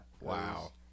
Wow